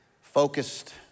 focused